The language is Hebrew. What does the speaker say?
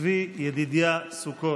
צבי ידידיה סוכות.